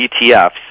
ETFs